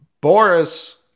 Boris